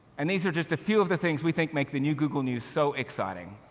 and these are just a few of the things we think make the new google news so exciting.